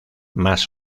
más